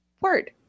word